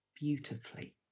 beautifully